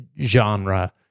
genre